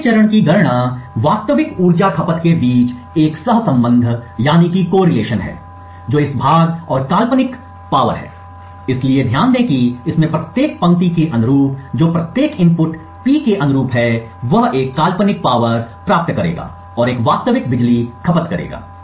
अगले चरण की गणना वास्तविक ऊर्जा खपत के बीच एक सहसंबंध है जो इस भाग और काल्पनिक शक्ति है इसलिए ध्यान दें कि इसमें प्रत्येक पंक्ति के अनुरूप जो प्रत्येक इनपुट P के अनुरूप है वह एक काल्पनिक शक्ति प्राप्त करेगा और एक वास्तविक बिजली खपत करेगा